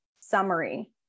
summary